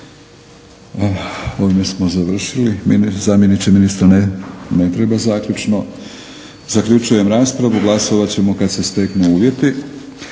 Ovim smo završili. Zamjeniče ministra ne treba zaključno. Zaključujem raspravu. Glasovat ćemo kada se steknu uvjeti.